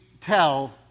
tell